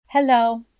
Hello